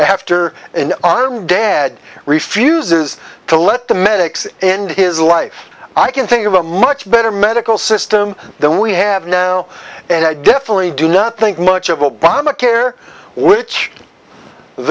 after an armed dad refuses to let the medics end his life i can think of a much better medical system than we have now and i definitely do nothink much of obamacare which